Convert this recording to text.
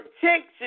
protection